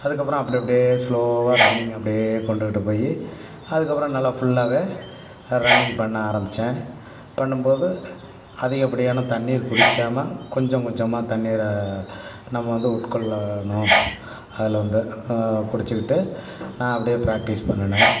அதுக்கப்புறம் அப்படி அப்படியே ஸ்லோவாக ரன்னிங் அப்படியே கொண்டுக்கிட்டு போயி அதுக்கப்பறம் நல்லா ஃபுல்லாவே ரன்னிங் பண்ண ஆரமித்தேன் பண்ணும் போது அதிகப்படியான தண்ணீர் குடிக்காமல் கொஞ்சம் கொஞ்சமாக் தண்ணீரை நம்ம வந்து உட்கொள்ளணும் அதில் வந்து குடிச்சுக்கிட்டு நான் அப்படியே ப்ராக்டிஸ் பண்ணினேன்